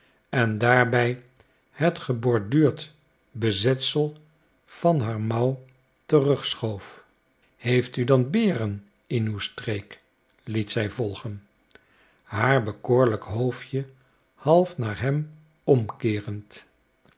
en daarbij het geborduurd bezetsel van haar mouw terugschoof heeft u dan beren in uw streek liet zij volgen haar bekoorlijk hoofdje half naar hem omkeerend